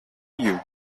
you